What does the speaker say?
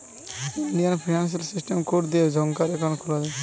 Indian financial system code দিয়ে ব্যাংকার account চেনা যায়